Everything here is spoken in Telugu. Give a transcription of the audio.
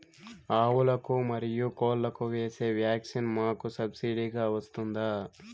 ఆవులకు, మరియు కోళ్లకు వేసే వ్యాక్సిన్ మాకు సబ్సిడి గా వస్తుందా?